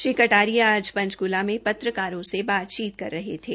श्री कटारिया आज पंचकूला में पत्रकारों से बातचीत कर रहे थे